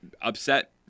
upset